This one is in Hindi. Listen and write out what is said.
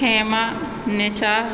हेमा निशा